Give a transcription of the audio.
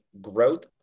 growth